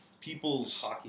people's